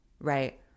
right